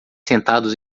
sentados